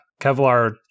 Kevlar